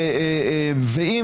האם